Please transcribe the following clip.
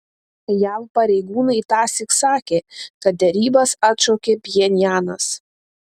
jav pareigūnai tąsyk sakė kad derybas atšaukė pchenjanas